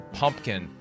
pumpkin